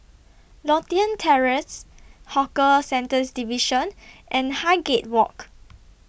Lothian Terrace Hawker Centres Division and Highgate Walk